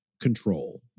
control